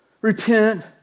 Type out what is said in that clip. repent